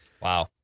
Wow